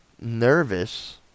nervous